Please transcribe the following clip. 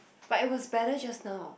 but it was better just now